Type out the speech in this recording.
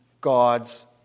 God's